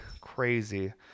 crazy